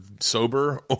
sober